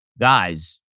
guys